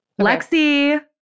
Lexi